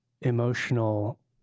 emotional